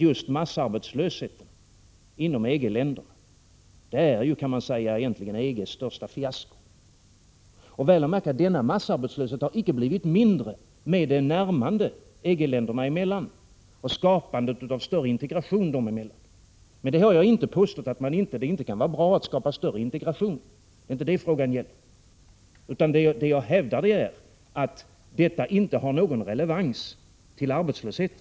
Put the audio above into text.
Just massarbetslösheten inom EG-länderna är egentligen EG:s största fiasko. Märk väl att denna massarbetslöshet icke har blivit mindre med närmandet EG-länderna emellan och skapandet av större integration emellan EG-länderna. Jag har inte påstått att det inte kan vara bra att skapa större integration. Det är inte detta frågan gäller. Jag hävdar att detta inte har någon relevans till arbetslösheten.